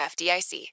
FDIC